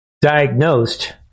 diagnosed